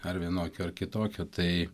ar vienokio ar kitokio tai